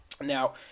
Now